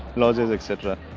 lodges etc.